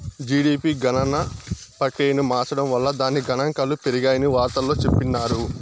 GDP గణన ప్రక్రియను మార్సడం వల్ల దాని గనాంకాలు పెరిగాయని వార్తల్లో చెప్పిన్నారు